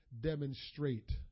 demonstrate